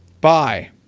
Bye